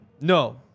No